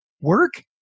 work